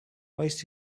voice